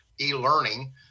e-learning